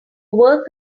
work